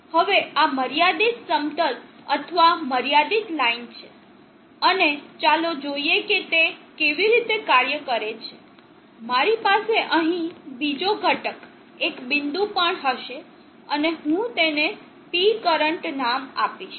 હવે આ મર્યાદિત સમતલ અથવા મર્યાદિત લાઇન છે અને ચાલો જોઈએ કે તે કેવી રીતે કાર્ય કરે છે મારી પાસે અહીં બીજો ઘટક એક બિંદુ પણ હશે અને હું તેને P કરન્ટ નામ આપીશ